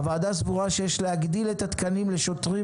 הוועדה סבורה שיש להגדיל את התקנים לשוטרים